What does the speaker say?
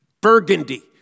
burgundy